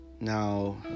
now